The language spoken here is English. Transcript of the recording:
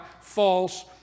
false